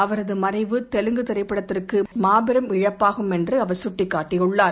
அவரது மறைவு தெலுங்கு திரையுலகிற்கு மாபெரும் இழப்பாகும் என்று அவர் கட்டிக்காட்டியுள்ளார்